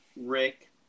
Rick